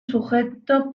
sujeto